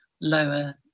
lower